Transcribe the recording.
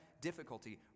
difficulty